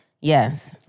Yes